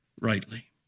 rightly